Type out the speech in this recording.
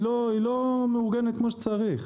לא מאורגנת כמו שצריך.